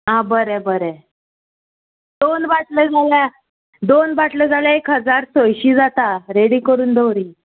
आं बरें बरें दोन बाटल्यो जाल्यार दोन बाटल्यो जाल्यार एक हजार सयशीं जाता रेडी करून दवरी